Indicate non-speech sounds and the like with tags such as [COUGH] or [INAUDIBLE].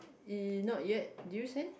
[NOISE] not yet did you send